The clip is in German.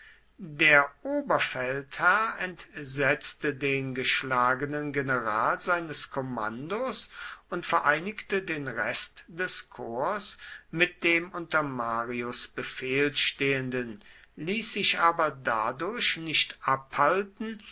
der oberfeldherr entsetzte den geschlagenen general seines kommandos und vereinigte den rest des korps mit dem unter marius befehl stehenden ließ sich aber dadurch nicht abhalten